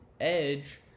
Edge